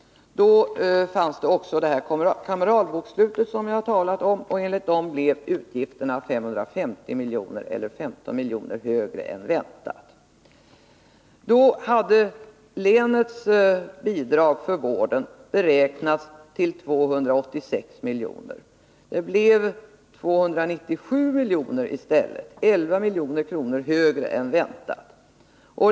Då fanns också det kameralbokslut som jag har talat om, och enligt det blev utgifterna 550 milj.kr., eller 15 milj.kr. högre än väntat. Då hade länets bidrag för vården beräknats till 286 milj.kr., men det blev 297 milj.kr. i stället — 11 milj.kr. högre än väntat.